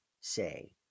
say